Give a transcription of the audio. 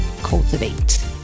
cultivate